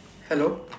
hello